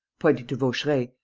pointing to vaucheray,